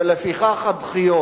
ולפיכך הדחיות.